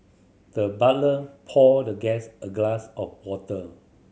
the butler poured the guest a glass of water